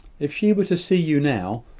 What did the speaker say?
if she were to see you now.